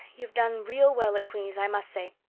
you've done real well at queen's i must say.